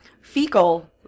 fecal